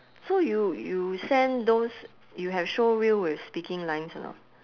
so you you send those you have showreel with speaking lines or not